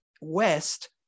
west